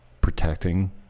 protecting